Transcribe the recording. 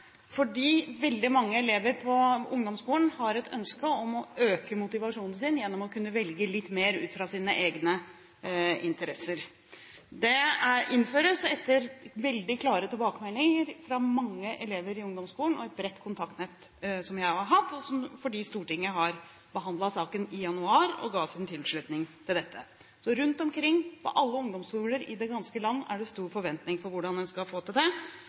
fordi veldig mange elever på ungdomsskolen har et ønske om å øke motivasjonen gjennom å kunne velge litt mer ut fra egne interesser. Det innføres etter veldig klare tilbakemeldinger fra mange elever i ungdomsskolen og et bredt kontaktnett som jeg har hatt, fordi Stortinget har behandlet saken i januar og ga sin tilslutning til dette. Så rundt omkring på alle ungdomsskoler i det ganske land er det stor forventning til hvordan en skal få til dette. Det